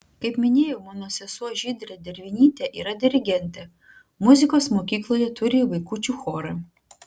kaip minėjau mano sesuo žydrė dervinytė yra dirigentė muzikos mokykloje turi vaikučių chorą